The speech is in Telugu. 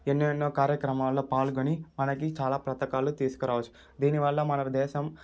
ఎన్నెన్నో కార్యక్రమాలలో పాల్గొని మనకి చాలా పథకాలు తీసుకురావచ్చు దీని వల్ల మన దేశం